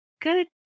good